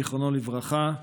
זיכרונו לברכה.